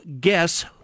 guess